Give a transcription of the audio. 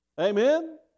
Amen